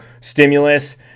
stimulus